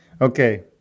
Okay